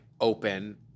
open